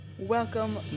Welcome